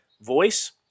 voice